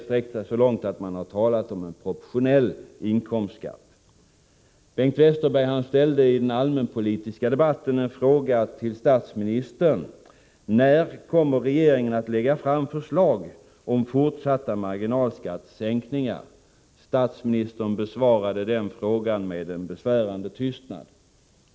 sträckt sig så långt att de talat om en proportionell inkomstskatt. Bengt Westerberg ställde i den allmänpolitiska debatten en fråga till statsministern: När kommer regeringen att lägga fram förslag om fortsatta marginalskattesänkningar? Statsministern besvarade den frågan med en besvärande tystnad.